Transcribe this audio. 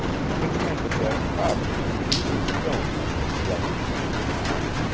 he contended that providence should choose its own method of blessing mankind,